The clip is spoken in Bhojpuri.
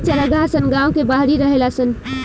इ चारागाह सन गांव के बाहरी रहेला सन